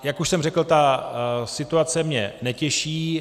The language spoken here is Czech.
Jak už jsem řekl, ta situace mě netěší.